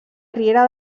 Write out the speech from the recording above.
riera